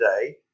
today